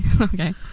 Okay